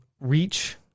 reach